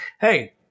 hey—